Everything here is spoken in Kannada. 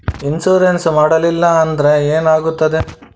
ಇನ್ಶೂರೆನ್ಸ್ ಮಾಡಲಿಲ್ಲ ಅಂದ್ರೆ ಏನಾಗುತ್ತದೆ?